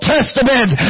Testament